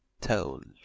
told